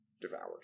devoured